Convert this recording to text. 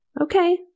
okay